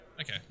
Okay